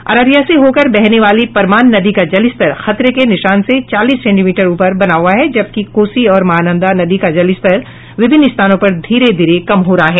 अररिया से होकर बहने वाली परमान नदी का जलस्तर खतरे के निशान से चालीस सेंटीमीटर ऊपर बना हुआ है जबकि कोसी और महानंदा नदी का जलस्तर विभिन्न स्थानों पर धीरे धीरे कम हो रहा है